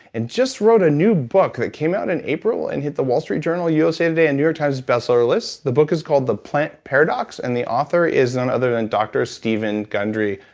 and just wrote a new book that came out in april and hit the wall street journal, usa today and new york times bestseller lists. the book is called the plant paradox, and the author is none other than doctor steven gundry.